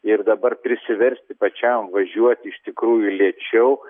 ir dabar prisiversti pačiam važiuoti iš tikrųjų lėčiau